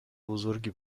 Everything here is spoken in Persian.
بزرگی